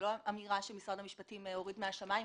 לא אמירה שמשרד המשפטים הוריד מהשמיים,